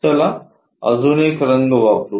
चला अजून एक रंग वापरू